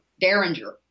Derringer